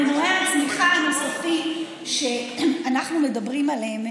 במנועי הצמיחה הנוספים שאנחנו מדברים עליהם,